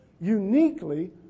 uniquely